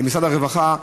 למשרד הרווחה,